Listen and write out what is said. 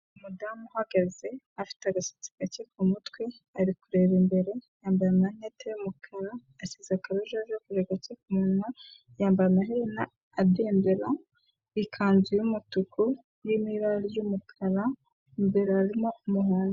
Umudamu uhagaze afite agasatsi gake ku ku mutwe ari kureba imbere yambaye amarinete y'umukara asize akarujarevure gake ku munwa, yambara amaherena agendera ikanzu y'umutuku n'ibara ry'umukara, imbere harimo umuhondo.